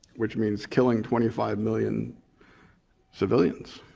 which means killing twenty five million civilians.